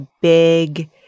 big